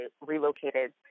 relocated